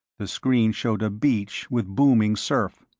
the screen showed a beach with booming surf.